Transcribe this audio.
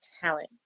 talent